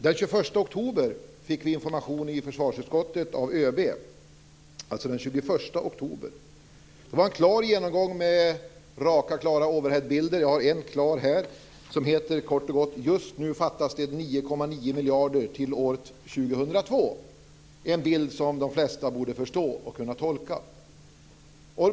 Den 21 oktober fick vi information i försvarsutskottet av ÖB, alltså den 21 oktober. Det var en klar genomgång med raka klara over head-bilder. Jag har en här som kort och gott heter: Just nu fattas det 9,9 miljarder till år 2002. Det är en bild som de flesta borde förstå och kunna tolka.